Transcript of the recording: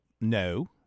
no